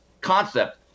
concept